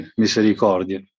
misericordie